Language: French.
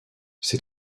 ces